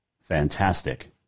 fantastic